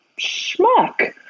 schmuck